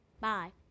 Bye